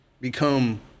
become